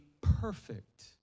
perfect